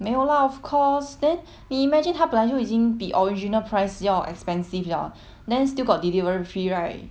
没有 lah of course then 你 imagine 它本来就已经比 original price 要 expensive liao then still got delivery fee right